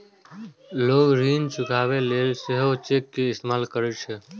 लोग ऋण चुकाबै लेल सेहो चेक के इस्तेमाल करै छै